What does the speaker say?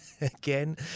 again